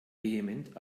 vehement